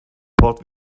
port